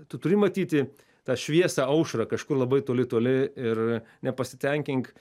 tu turi matyti tą šviesą aušrą kažkur labai toli toli ir nepasitenkink